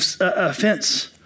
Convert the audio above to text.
offense